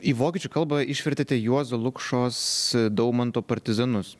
į vokiečių kalbą išvertėte juozo lukšos daumanto partizanus